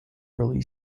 early